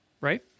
right